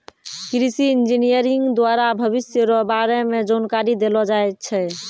कृषि इंजीनियरिंग द्वारा भविष्य रो बारे मे जानकारी देलो जाय छै